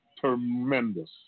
tremendous